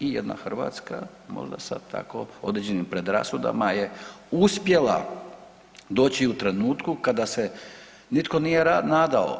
I jedna Hrvatska možda sad tako određenim predrasudama je uspjela doći u trenutku kada se nitko nije nadao.